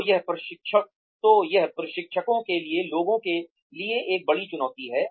तो यह प्रशिक्षकों के लिए लोगों के लिए एक बड़ी चुनौती है